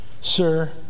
Sir